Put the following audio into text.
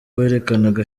berekanaga